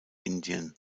indien